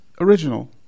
original